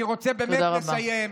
אני רוצה באמת לסיים.